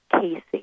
Casey